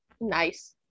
nice